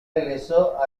regresó